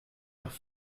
nach